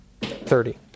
thirty